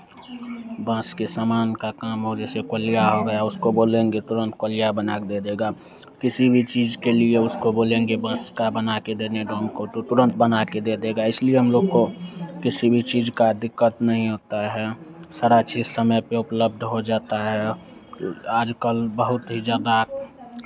बांस के सामान का काम हो जैसे कोलिया हो गया उसको बोलेंगे तुरंत कोलिया बना के दे देगा किसी भी चीज़ के लिए उसको बोलेंगे बांस का बना के देने को तो तुरंत बना के दे देगा इसलिए हम लोग को किसी भी चीज़ का दिक्कत नहीं होता है सारा चीज़ समय पे उपलब्ध हो जाता है आज कल बहुत ही ज़्यादा